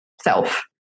self